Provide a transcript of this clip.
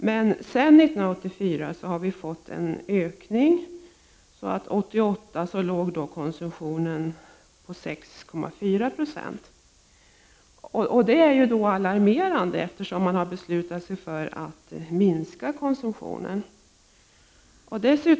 Sedan 1984 har dock en ökning skett — 1988 låg konsumtionen på 6,4 20. Detta är alarmerande, eftersom vi har beslutat oss för att konsumtionen skall minska.